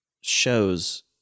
shows